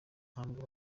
ntabwo